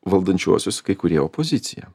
valdančiuosius kai kurie opoziciją